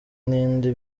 n’indi